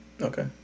Okay